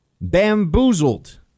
bamboozled